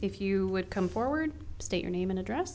if you would come forward state your name and address